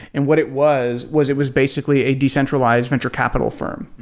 and what it was was it was basically a decentralized venture capital firm,